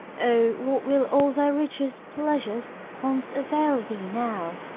o, what will all thy riches, pleasures, pomps, avail thee now?